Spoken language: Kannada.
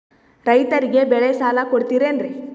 ರೈತರಿಗೆ ಬೆಳೆ ಸಾಲ ಕೊಡ್ತಿರೇನ್ರಿ?